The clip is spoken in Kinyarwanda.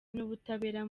n’ubutabera